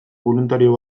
boluntario